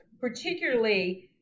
particularly